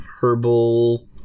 herbal